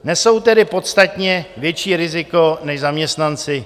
Nesou tedy podstatně větší riziko než zaměstnanci.